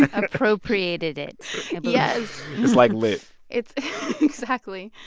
appropriated it yes it's like lit it's exactly.